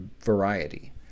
variety